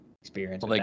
experience